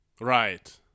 Right